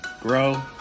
grow